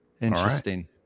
Interesting